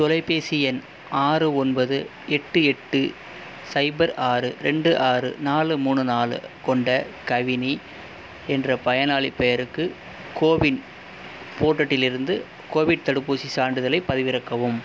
தொலைபேசி எண் ஆறு ஒன்பது எட்டு எட்டு சைபர் ஆறு ரெண்டு ஆறு நாலு மூணு நாலு கொண்ட கவினி என்ற பயனாளிப் பெயருக்கு கோவின் போர்ட்டலிருந்து கோவிட் தடுப்பூசிச் சான்றிதழைப் பதிவிறக்கவும்